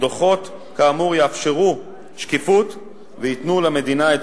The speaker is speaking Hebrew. דוחות כאמור יאפשרו שקיפות וייתנו למדינה את